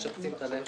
משפצים את הנכס,